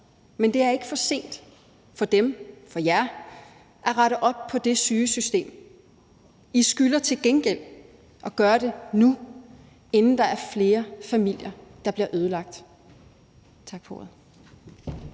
men det er ikke for sent for dem – for jer – at rette op på det syge system. I skylder til gengæld at gøre det nu, inden der er flere familier, der bliver ødelagt. Tak for ordet.